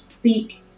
Speak